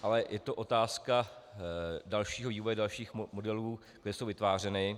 Ale je to otázka dalšího vývoje, dalších modelů, které jsou vytvářeny.